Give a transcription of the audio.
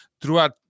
throughout